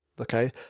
okay